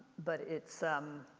but it's, um